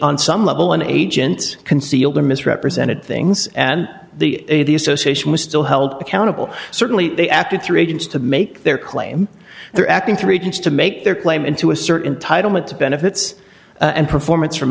on some level an agent concealed or misrepresented things and the the association was still held accountable certainly they acted through agents to make their claim they're acting three chance to make their claim in to a certain title meant to benefits and performance from